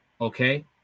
okay